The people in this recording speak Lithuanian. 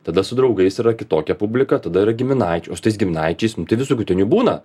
tada su draugais yra kitokia publika tada yra giminaičių o su tais giminaičiais nu tai visokių ten jų būna